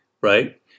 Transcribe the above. Right